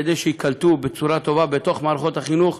כדי שייקלטו בצורה טובה במערכות החינוך,